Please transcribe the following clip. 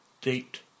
date